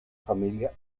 familia